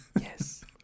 yes